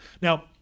Now